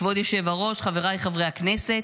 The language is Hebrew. כבוד היושב-ראש, חבריי חברי הכנסת,